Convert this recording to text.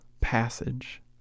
passage